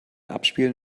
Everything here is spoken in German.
abspielen